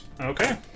Okay